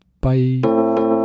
bye